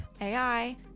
AI